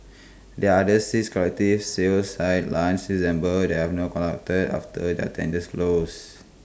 there are six collective sale sites launched since December that have not after their tenders closed